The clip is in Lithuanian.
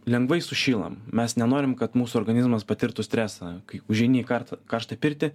lengvai sušylam mes nenorim kad mūsų organizmas patirtų stresą kai užeini į kartą karštą pirtį